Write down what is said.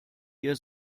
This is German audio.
ihr